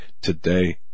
today